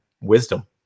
wisdom